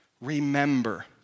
Remember